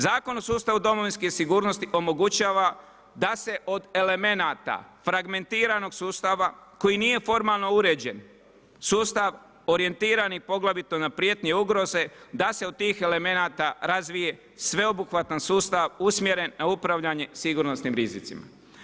Zakon o sustavu Domovinske sigurnosti omogućava da se od elemenata fragmentiranog sustava koji nije formalno uređen sustav orijentirani poglavito na prijetnje ugoze, da se od tih elemenata razvije sveobuhvatan sustav usmjeren na upravljanje sigurnosnim rizicima.